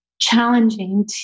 challenging